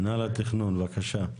בבקשה.